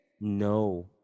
No